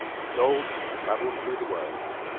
resolved to travel through the world,